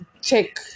check